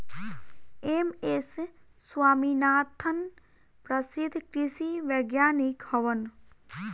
M S Swaminathan प्रसिद्ध कृषि वैज्ञानिक हवन